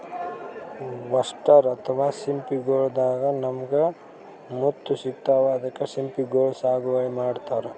oyster ಅಥವಾ ಸಿಂಪಿಗೊಳ್ ದಾಗಾ ನಮ್ಗ್ ಮುತ್ತ್ ಸಿಗ್ತಾವ್ ಅದಕ್ಕ್ ಸಿಂಪಿಗೊಳ್ ಸಾಗುವಳಿ ಮಾಡತರ್